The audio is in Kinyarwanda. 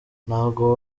ntabwo